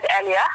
earlier